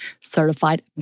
Certified